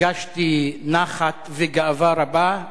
הרגשתי נחת וגאווה רבה,